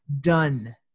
done